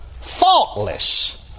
faultless